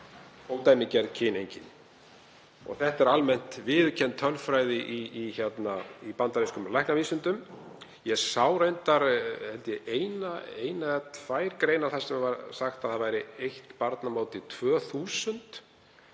ódæmigerð kyneinkenni og það er almennt viðurkennd tölfræði í bandarískum læknavísindum. Ég sá reyndar held ég eina eða tvær greinar þar sem var sagt að það væri eitt barn af